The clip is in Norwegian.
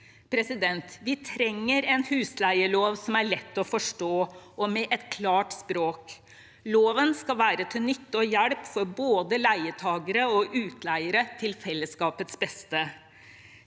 Vi trenger en husleielov som er lett å forstå, og med et klart språk. Loven skal være til nytte og hjelp for både leietakere og utleiere, til fellesskapets beste.